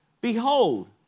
Behold